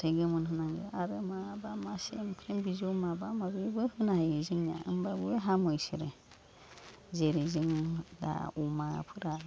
फाथै गोमोन होनांगौ आरो माबा मासे एंफ्लि बिजौ माबा माबिबो होनो हायो जोंनिया होमबाबो हामो इसोरो जेरै जोङो दा अमाफोरा